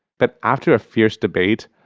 but after a fierce debate,